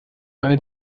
eine